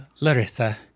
Larissa